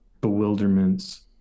bewilderments